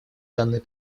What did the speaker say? данной